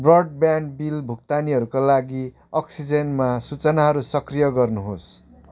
broadband bill भुक्तानीहरूका लागि अक्सिजेनमा सूचनाहरू सक्रिय गर्नुहोस्